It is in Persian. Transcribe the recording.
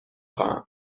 خواهم